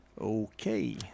Okay